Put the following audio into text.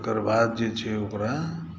तकर बाद जे छै ओकरा